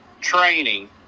training